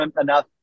enough